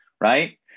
right